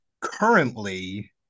currently